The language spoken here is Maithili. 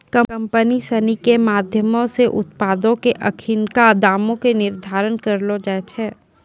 कंपनी सिनी के माधयमो से उत्पादो पे अखिनका दामो के निर्धारण करलो जाय छै